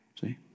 See